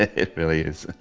it really is.